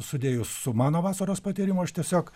sudėjus su mano vasaros patyrimu aš tiesiog